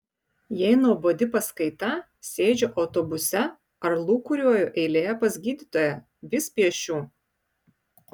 jei nuobodi paskaita sėdžiu autobuse ar lūkuriuoju eilėje pas gydytoją vis piešiu